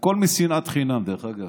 הכול משנאת חינם, דרך אגב.